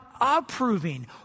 approving